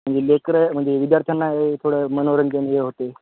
म्हणजे लेकरं म्हणजे विद्यार्थ्यांना हे थोडं मनोरंजन हे होते